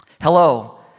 Hello